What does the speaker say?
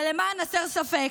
ולמען הסר ספק,